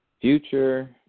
future